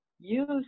Use